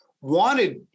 wanted